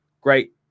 great